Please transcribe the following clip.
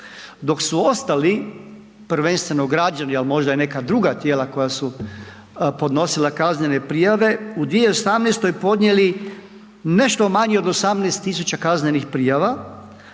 dok su ostali prvenstveno građani, al možda i neka druga tijela koja su podnosila kaznene prijave u 2018. podnijeli nešto manje od 18.000 kaznenih prijava